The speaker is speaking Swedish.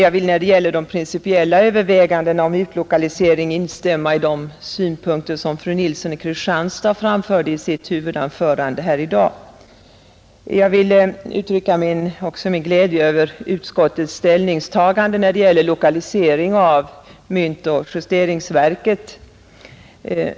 Beträffande de principiella övervägandena vid utlokalisering vill jag instämma i de synpunkter som fru Nilsson i Kristianstad framförde i sitt huvudanförande tidigare i dag. Jag vill också uttrycka min glädje över utskottets ställningstagande rörande frågan om utlokaliseringen av myntoch justeringsverket.